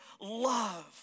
love